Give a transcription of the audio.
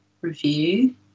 review